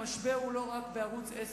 המשבר הוא לא רק בערוץ-10,